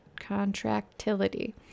contractility